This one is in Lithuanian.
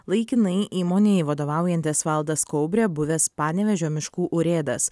laikinai įmonei vadovaujantis valdas kaubrė buvęs panevėžio miškų urėdas